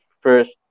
first